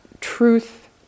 truth